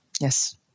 Yes